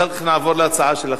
אחר כך נעבור להצעה שלכם.